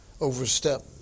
overstep